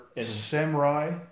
samurai